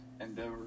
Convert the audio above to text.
endeavor